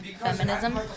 Feminism